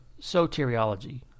soteriology